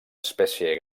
espècie